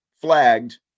flagged